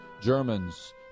Germans